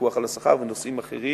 הפיקוח על השכר ונושאים אחרים,